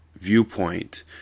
viewpoint